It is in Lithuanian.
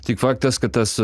tik faktas kad tas